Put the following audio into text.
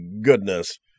goodness